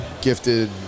gifted